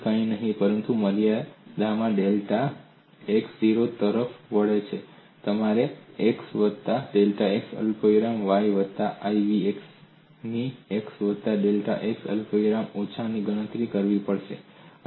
તે કંઈ નથી પરંતુ મર્યાદામાં ડેલ્ટા x 0 તરફ વળે છે તમારે x વત્તા ડેલ્ટા x અલ્પવિરામ y વત્તા i v ની x વત્તા ડેલ્ટા x અલ્પવિરામ y ઓછાની ગણતરી કરવી પડશે